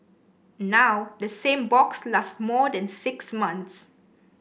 now the same box lasts more than six months